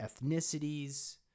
ethnicities